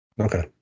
okay